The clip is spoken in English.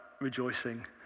rejoicing